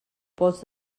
pols